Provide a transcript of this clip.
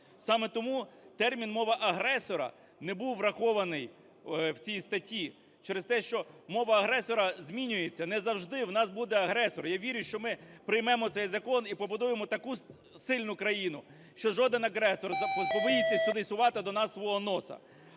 Саме тому термін "мова агресора" не був врахований в цій статті через те, що мова агресора змінюється. Не завжди в нас буде агресор. Я вірю, що ми приймемо цей закон і побудуємо таку сильну країну, що жоден агресор побоїться сюди сувати до нас свого носа.